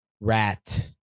Rat